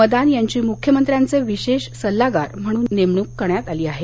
मदान यांची मुख्यमंत्र्यांचे विशेष सल्लागार म्हणून नेमणूक करण्यात आली आहे